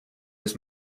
his